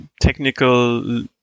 technical